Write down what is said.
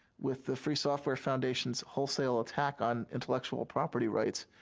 with the free software foundation's wholesale attack on intellectual property rights,